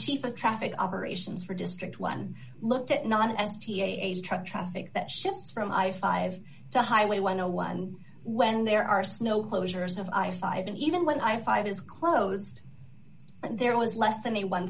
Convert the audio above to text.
cheaper traffic operations for district one looked at not as t a s truck traffic that shifts from i five to highway one o one when there are snow closures of i five and even when i five is closed and there was less than a one